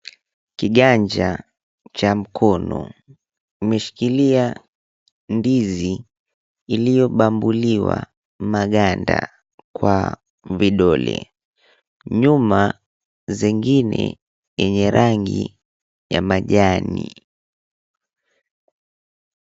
Kiganja cha mkono imeshikilia ndizi iliyobambuliwa maganda kwa vidole, nyuma zingine zenye rangi ya majani.